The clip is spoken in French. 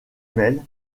mail